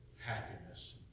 happiness